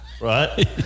Right